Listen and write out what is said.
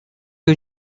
you